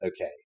Okay